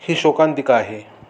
ही शोकांंतिका आहे